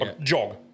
jog